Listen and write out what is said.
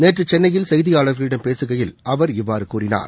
நேற்று சென்னையில் செய்தியாளர்களிடம் பேசுகையில் அவர் இவ்வாறு கூறினார்